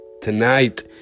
tonight